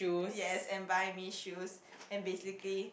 yes and buy me shoes and basically